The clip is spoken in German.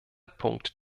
punkt